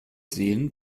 sehen